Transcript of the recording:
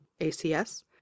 ACS